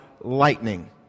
lightning